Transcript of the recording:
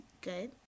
good